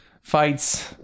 fights